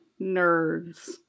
nerds